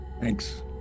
Thanks